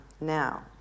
now